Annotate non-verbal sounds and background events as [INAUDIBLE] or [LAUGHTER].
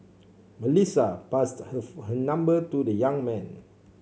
Melissa passed [UNINTELLIGIBLE] her number to the young man